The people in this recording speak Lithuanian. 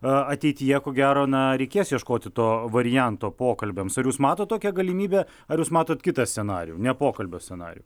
ateityje ko gero na reikės ieškoti to varianto pokalbiams ar jūs matot tokią galimybę ar jūs matot kitą scenarijų ne pokalbio scenarijų